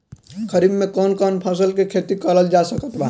खरीफ मे कौन कौन फसल के खेती करल जा सकत बा?